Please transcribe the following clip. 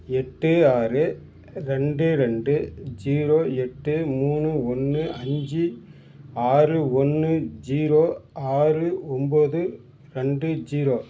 எட்டு ஆறு ரெண்டு ரெண்டு ஜீரோ எட்டு மூணு ஒன்று அஞ்சு ஆறு ஒன்று ஜீரோ ஆறு ஒன்போது ரெண்டு ஜீரோ